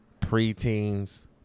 preteens